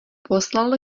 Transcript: poslal